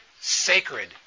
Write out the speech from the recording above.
Sacred